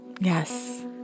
yes